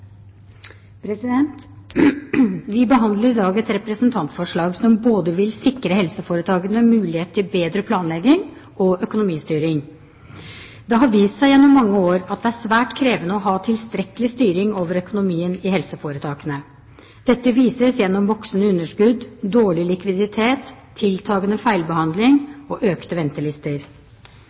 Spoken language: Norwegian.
Vi behandler i dag et representantforslag som vil sikre helseforetakene mulighet til både bedre planlegging og bedre økonomistyring. Det har vist seg gjennom mange år at det er svært krevende å ha tilstrekkelig styring over økonomien i helseforetakene. Dette vises gjennom voksende underskudd, dårlig likviditet, tiltagende feilbehandling og økte ventelister.